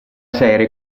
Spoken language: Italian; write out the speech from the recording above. serie